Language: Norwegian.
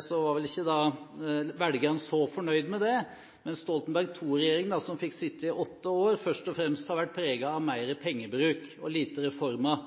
så var vel ikke velgerne så fornøyd med det – mens Stoltenberg II-regjeringen, som fikk sitte i åtte år, først og fremst har vært preget av mer pengebruk og lite reformer.